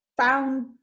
found